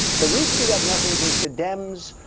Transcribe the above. the reason he got nothing because the dems,